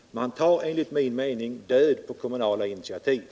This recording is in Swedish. Man tar, enligt min mening, död på det kommunala initiativet.